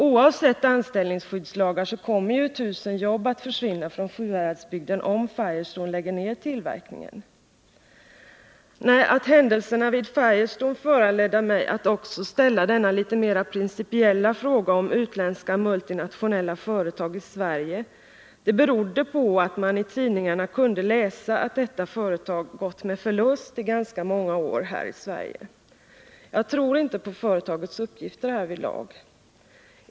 Oavsett anställningsskyddslagar kommer 1 000 jobb att försvinna från Sjuhäradsbygden, om Firestone lägger ned tillverkningen. Att händelserna vid Firestone föranledde mig att också ställa denna litet mera principiella fråga om utländska multinationella företag i Sverige berodde på att man i tidningarna kunde läsa att detta företag gått med förlust i ganska många år här i Sverige. Jag tror inte på företagets uppgifter härvidlag.